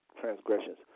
transgressions